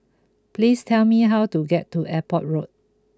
please tell me how to get to Airport Road